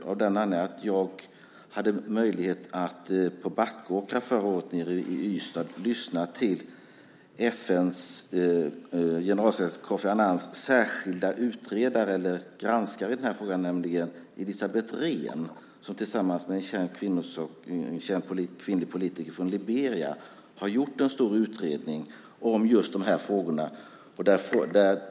Jag hade förra året möjlighet att på Backåkra nere i Ystad lyssna till FN:s generalsekreterare Kofi Annans särskilda utredare eller granskare i den här frågan, nämligen Elisabeth Rehn. Tillsammans med en känd kvinnlig politiker från Liberia har hon gjort en stor utredning om just de här frågorna.